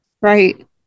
right